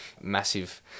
massive